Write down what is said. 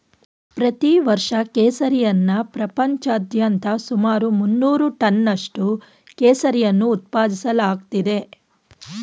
ಪ್ರತಿ ವರ್ಷ ಕೇಸರಿಯನ್ನ ಪ್ರಪಂಚಾದ್ಯಂತ ಸುಮಾರು ಮುನ್ನೂರು ಟನ್ನಷ್ಟು ಕೇಸರಿಯನ್ನು ಉತ್ಪಾದಿಸಲಾಗ್ತಿದೆ